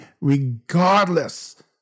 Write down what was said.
regardless